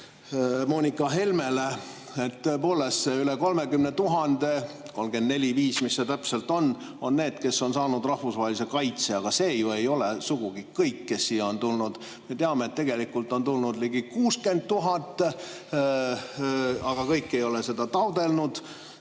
Moonika Helmele. Tõepoolest, see üle 30 000 – 34 000 või 35 000, mis see täpselt ongi – on need, kes on saanud rahvusvahelise kaitse. Aga see ju ei ole sugugi kõik, kes siia on tulnud. Me teame, et tegelikult on tulnud ligi 60 000, aga kõik ei ole seda [kaitset]